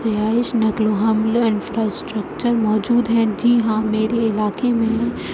رہائش نقل و حمل انفراسٹرکچر موجود ہیں جی ہاں میرے علاقہ میں